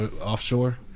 Offshore